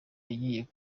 agiye